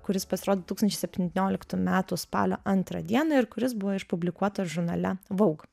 kuris pasirodė du tūkstančiai septynioliktų metų spalio antrą dieną ir kuris buvo išpublikuotas žurnale voug